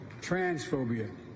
transphobia